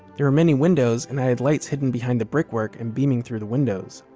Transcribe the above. there were many windows and i had lights hidden behind the brickwork and beaming through the windows.